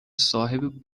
صاحب